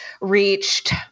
reached